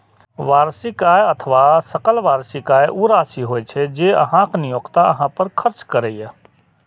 वार्षिक आय अथवा सकल वार्षिक आय ऊ राशि होइ छै, जे अहांक नियोक्ता अहां पर खर्च करैए